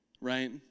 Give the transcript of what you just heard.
right